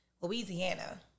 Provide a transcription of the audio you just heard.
Louisiana